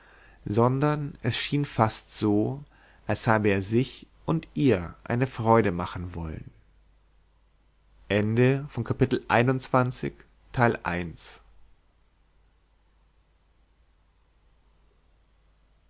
sondern es schien fast so als habe er sich und ihr eine freude machen wollen